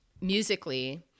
musically